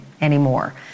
anymore